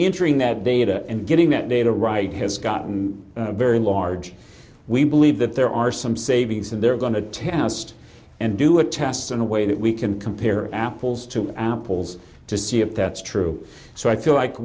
injuring that data and getting that data right has gotten very large we believe that there are some savings and they're going to test and do a test in a way that we can compare apples to apples to see if that's true so i feel like